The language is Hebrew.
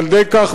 חברי חברי הכנסת,